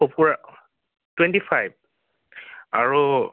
সঁফুৰা twenty five আৰু